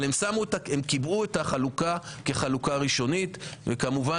אבל הם קיבעו את החלוקה כחלוקה ראשונית וכמובן